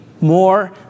more